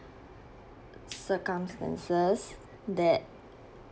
circumstances that